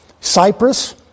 Cyprus